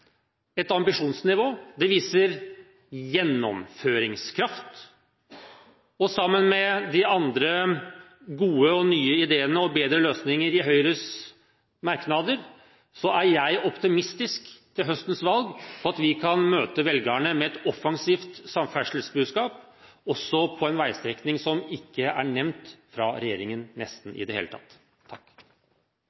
et ambisjonsnivå, det viser gjennomføringskraft, og sammen med de andre gode og nye ideene og bedre løsningene i Høyres merknader er jeg optimistisk når det gjelder høstens valg, hvor vi kan møte velgerne med et offensivt samferdselsbudskap, også om en veistrekning som nesten ikke i det hele tatt er nevnt av regjeringen.